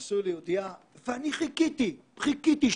נשוי ליהודייה, וחיכיתי, השתוקקתי,